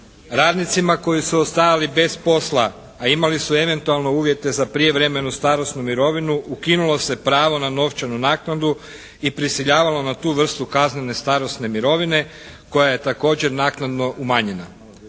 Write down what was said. Radnicima koji su ostajali bez posla, a imali su eventualno uvjete za prijevremenu starosnu mirovinu ukinulo se pravo na novčanu naknadu i prisiljavalo na tu vrstu kaznene, starosne mirovine koja je također naknadno umanjena.